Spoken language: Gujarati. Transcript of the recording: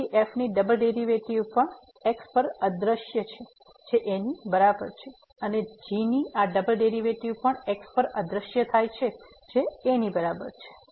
તેથી f ની ડબલ ડેરિવેટિવ પણ x પર અદ્રશ્ય થાય છે જે a ની બરાબર છે અને g ની આ ડબલ ડેરિવેટિવ પણ x પર અદ્રશ્ય થાય છે જે a ની બરાબર છે